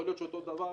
יכול להיות שאותו דבר